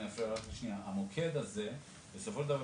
סליחה.